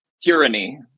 tyranny